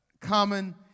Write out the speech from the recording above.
common